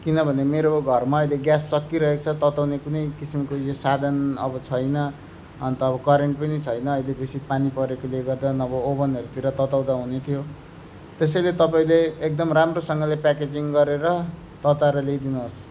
किनभने मेरो घरमा अहिले ग्यास सकिरहेक छ तताउने कुनै किसिमको यो साधन अब छैन अन्त अब करेन्ट पनि अहिले बेसी पानी परेकोले गर्दा नभए ओभनहरूतिर तताउँदा हुने थियो त्यसैले तपाईँले एकदम राम्रोसँगले प्याकेजिङ गरेर तताएर ल्याइदिनुहोस्